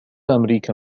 أمريكا